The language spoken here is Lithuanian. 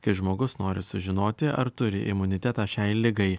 kai žmogus nori sužinoti ar turi imunitetą šiai ligai